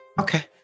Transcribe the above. Okay